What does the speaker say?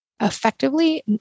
effectively